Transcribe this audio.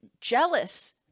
jealous